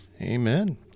Amen